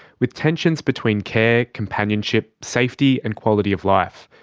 with tensions between care, companionship, safety and quality of life.